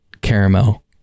caramel